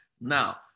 Now